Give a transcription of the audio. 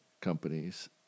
companies